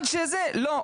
לא.